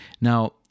Now